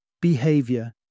Behavior